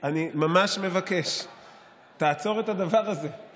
יש עתיד, עם 17 מנדטים, קיבלה שבעה